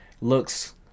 looks